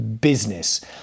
business